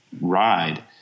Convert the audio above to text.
ride